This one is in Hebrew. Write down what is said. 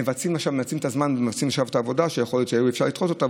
מנצלים את הזמן ומבצעים את העבודה שיכול להיות שאפשר היה לדחות אותה.